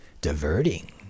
diverting